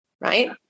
right